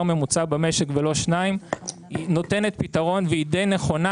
ממוצע במשק ולא שניים נותנת פתרון והיא די נכונה,